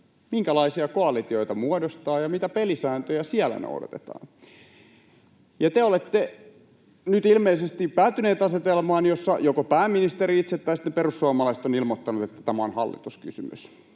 minkälaisia koalitioita muodostaa ja mitä pelisääntöjä siellä noudatetaan. Ja te olette nyt ilmeisesti päätyneet asetelmaan, jossa joko pääministeri itse tai sitten perussuomalaiset ovat ilmoittaneet, että tämä on hallituskysymys.